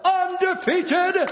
undefeated